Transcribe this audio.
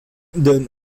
denn